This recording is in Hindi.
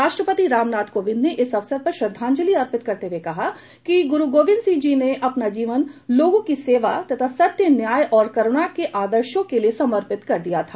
राष्ट्रपति रामनाथ कोविन्द ने इस अवसर पर श्रद्वांजलि अर्पित करते हुए कहा कि गुरू गोबिन्द सिंह जी ने अपना जीवन लोगों की सेवा तथा सत्य न्याय और करूणा के आदर्शो के लिए समर्पित कर दिया था